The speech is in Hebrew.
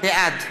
בעד